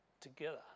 together